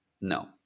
No